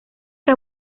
que